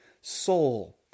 soul